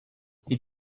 had